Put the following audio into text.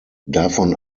davon